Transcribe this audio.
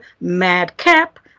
madcap